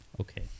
okay